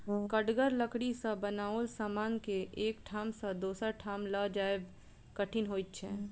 कड़गर लकड़ी सॅ बनाओल समान के एक ठाम सॅ दोसर ठाम ल जायब कठिन होइत छै